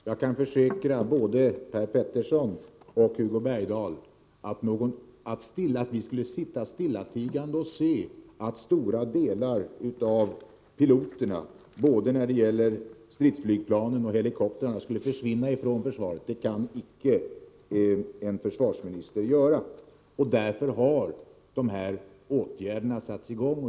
Herr talman! Jag kan försäkra både Per Petersson och Hugo Bergdahl att en försvarsminister inte stillatigande kan sitta och se att en stor mängd piloter, både när det gäller stridsflygplan och helikoptrar, försvinner från försvaret. Därför har de här åtgärderna satts i gång.